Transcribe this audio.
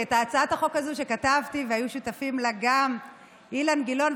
כי את הצעת החוק הזאת שכתבתי והיו שותף לה גם אילן גילאון,